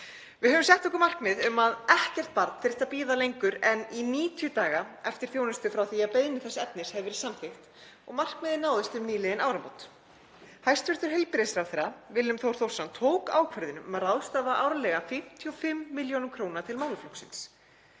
Við höfum sett okkur markmið um að ekkert barn þurfi að bíða lengur en í 90 daga eftir þjónustu frá því að beiðni þess efnis hefur verið samþykkt og markmiðið náðist um nýliðin áramót. Hæstv. heilbrigðisráðherra Willum Þór Þórsson tók ákvörðun um að ráðstafa árlega 55 millj. kr. til málaflokksins.